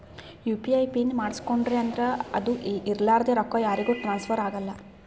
you P I PIN ಮಾಡುಸ್ಕೊಂಡ್ರಿ ಅಂದುರ್ ಅದು ಇರ್ಲಾರ್ದೆ ರೊಕ್ಕಾ ಯಾರಿಗೂ ಟ್ರಾನ್ಸ್ಫರ್ ಆಗಲ್ಲಾ